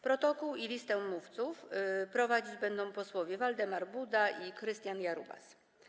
Protokół i listę mówców prowadzić będą posłowie Waldemar Buda i Krystian Jarubas.